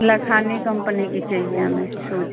Lakhani company की चाहिए हमें सूज